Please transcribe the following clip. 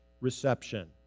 reception